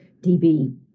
DB